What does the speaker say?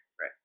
Right